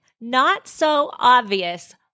not-so-obvious